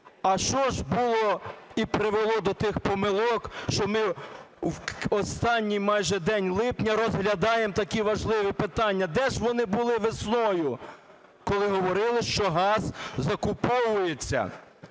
а що ж було і привело до тих помилок, що ми в останній майже день липня розглядаємо такі важливі питання? Де ж вони були весною, коли говорили, що газ закуповується?